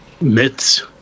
myths